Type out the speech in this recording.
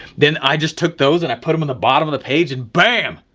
then i just took those and i put them on the bottom of the page and bam,